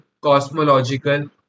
cosmological